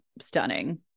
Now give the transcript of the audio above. stunning